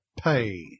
pay